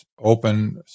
open